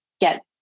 get